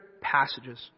passages